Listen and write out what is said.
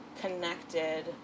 connected